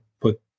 put